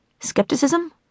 Skepticism